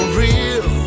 real